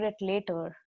later